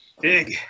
Big